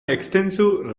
extensive